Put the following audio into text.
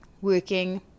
working